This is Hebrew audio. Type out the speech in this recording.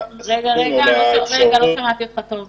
המקומיות --- על זה אתה מתחשבן איתם עכשיו?